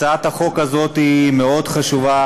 הצעת החוק הזאת מאוד חשובה,